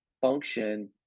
function